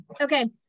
Okay